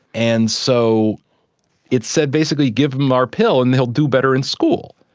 and so it said basically give them our pill and they will do better in school,